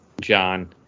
John